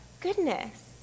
goodness